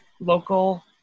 local